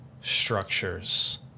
structures